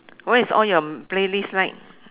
what is all your playlist like